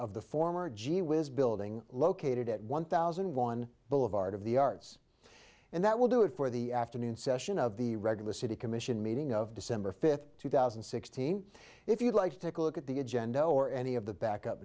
of the former gee whiz building located at one thousand one boulevard of the arts and that will do it for the afternoon session of the regular city commission meeting of december fifth two thousand and sixteen if you'd like to take a look at the agenda or any of the back up